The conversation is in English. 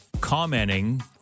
commenting